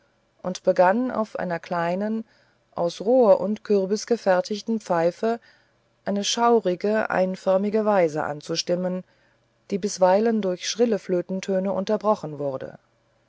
und begann auf einer kleinen aus rohr und kürbis verfertigten pfeife eine schaurige einförmige weise anzustimmen die bisweilen durch schrille flötentöne unterbrochen wurde